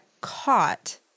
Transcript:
caught